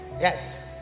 Yes